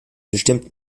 bestimmt